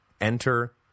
Enter